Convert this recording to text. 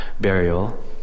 burial